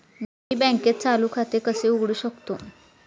मी बँकेत चालू खाते कसे उघडू शकतो?